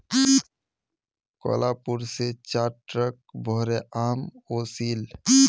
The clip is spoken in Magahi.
कोहलापुर स चार ट्रक भोरे आम ओसील